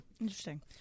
Interesting